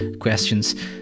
questions